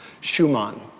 Schumann